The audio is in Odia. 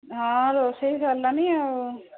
ହଁ ରୋଷେଇ ସରିଲାଣି ଆଉ